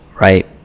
right